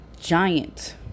giant